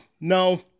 no